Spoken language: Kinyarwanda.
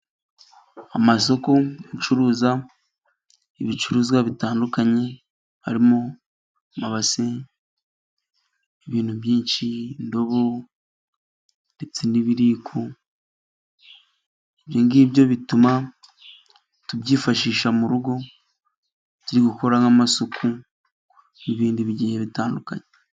Amasoko acuruza ibicuruzwa bitandukanye harimo amabasi, ibintu bitandukanye indobo ndetse n'ibiringiti bituma tubyifashisha mu rugo nk'amasuku nibindi bigiye bitandukanye.